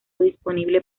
disponible